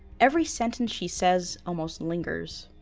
every sentence she says almost lingers